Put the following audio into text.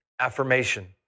Affirmation